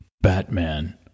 Batman